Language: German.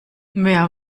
wer